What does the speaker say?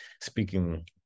speaking